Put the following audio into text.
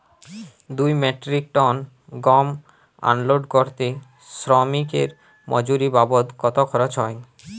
দুই metric ton গম unload করতে শ্রমিক এর মজুরি বাবদ কত খরচ হয়?